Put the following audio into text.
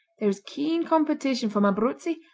there is keen competition from abruzzi,